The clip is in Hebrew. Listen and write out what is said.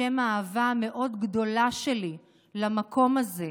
בשם האהבה המאוד-גדולה שלי למקום הזה,